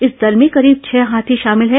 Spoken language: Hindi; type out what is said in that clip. इस दल में करीब छह हाथी शामिल हैं